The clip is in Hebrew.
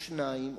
או שניים,